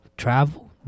Travel